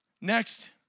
Next